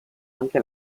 anche